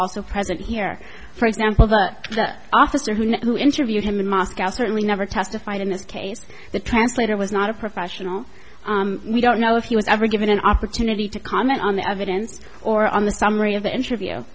also present here for example but the officer who interviewed him in moscow certainly never testified in this case the translator was not a professional we don't know if he was ever given an opportunity to comment on the evidence or on the summary of the interview